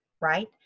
right